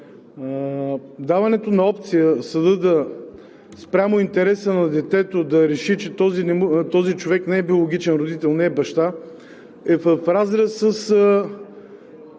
Даването на опция на съда да реши спрямо интереса на детето, че този човек не е биологичен родител, не е баща, е в разрез с